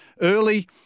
Early